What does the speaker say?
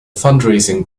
fundraising